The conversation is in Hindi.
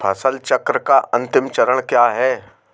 फसल चक्र का अंतिम चरण क्या है?